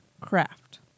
craft